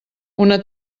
una